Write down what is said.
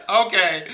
okay